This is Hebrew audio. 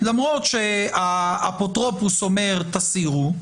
למרות שהאפוטרופוס אומר "תסירו".